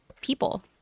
people